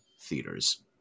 theaters